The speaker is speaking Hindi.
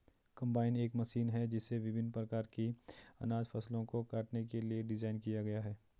कंबाइन एक मशीन है जिसे विभिन्न प्रकार की अनाज फसलों को काटने के लिए डिज़ाइन किया गया है